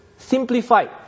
Simplified